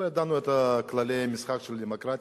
לא ידענו את כללי המשחק של הדמוקרטיה.